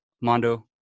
Mondo